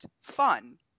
fun